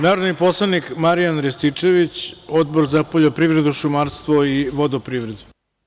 Narodni poslanik Marijan Rističević, Odbor za poljoprivredu, šumarstvo i vodoprivredu.